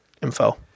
info